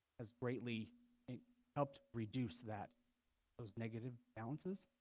as greatly helped reduce that those negative balances